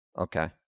Okay